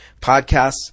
podcasts